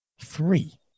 Three